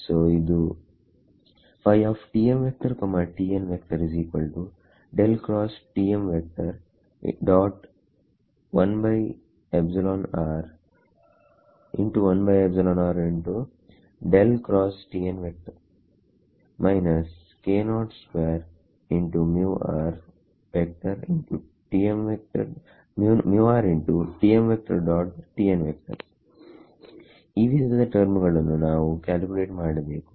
so ಇದೊಂದು ಈ ವಿಧದ ಟರ್ಮುಗಳನ್ನು ನಾವು ಕ್ಯಾಲ್ಕುಲೇಟ್ ಮಾಡಬೇಕು